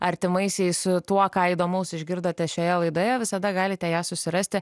artimaisiais tuo ką įdomaus išgirdote šioje laidoje visada galite ją susirasti